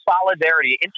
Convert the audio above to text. solidarity